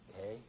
Okay